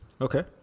okay